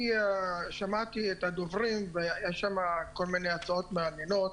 שמעתי את הדוברים ויש שם כל מיני הצעות מעניינות.